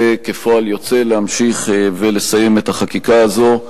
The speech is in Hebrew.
וכפועל יוצא, להמשיך ולסיים את החקיקה הזו,